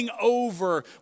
over